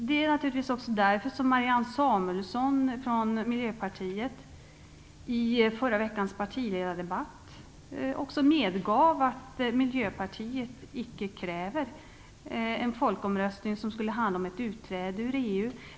Det är naturligtvis också därför som Marianne Samuelsson från Miljöpartiet i förra veckans partiledardebatt också medgav att Miljöpartiet icke kräver en folkomröstning som skulle handla om ett utträde ur EU.